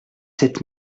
sept